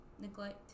neglect